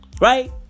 Right